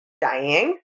dying